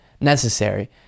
necessary